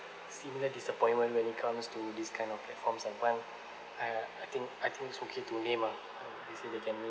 similar disappointment when it comes to this kind of platforms and want uh I think I think it's okay to me mah uh it's in the family